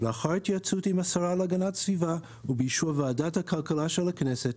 לאחר התייעצות עם השרה להגנת הסביבה ובאישור ועדת הכלכלה של הכנסת,